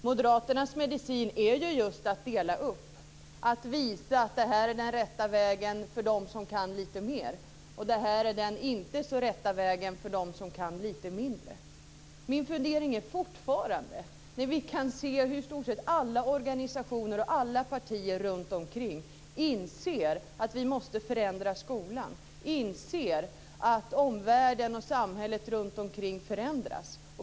Moderaternas medicin är just att dela upp, att visa att det här är den rätta vägen för dem som kan lite mer och det här är den inte så rätta vägen för dem som kan lite mindre. Vi kan se att i stort sett alla organisationer och alla partier inser att vi måste förändra skolan, inser att omvärlden och samhället runt omkring förändras.